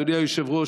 אדוני היושב-ראש,